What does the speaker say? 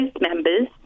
members